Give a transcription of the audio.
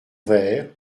vert